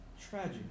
tragic